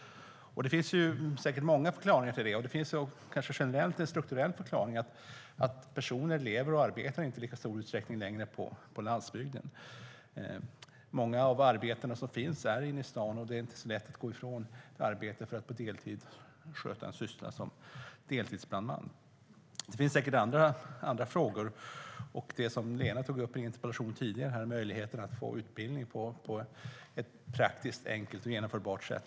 Det finns säkert många förklaringar till det, och det finns kanske en generell strukturell förklaring. Personer lever inte och arbetar inte längre i lika stor utsträckning på landsbygden. Många arbeten finns i stan, och det är inte så lätt att gå ifrån sitt arbete för att på deltid sköta sysslan som deltidsbrandman. Det finns säkert även andra frågor, till exempel det som Lena Asplund tog upp i en tidigare interpellation, möjligheten till utbildning på ett praktiskt, enkelt och genomförbart sätt.